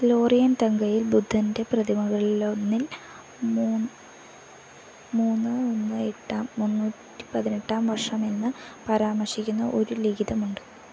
ലോറിയൻതംഗയിൽ ബുദ്ധന്റെ പ്രതിമകളിലൊന്നിൽ മുന്നൂറ്റി പതിനെട്ടാം വർഷമെന്ന് പരാമർശിക്കുന്ന ഒരു ലിഖിതമുണ്ട്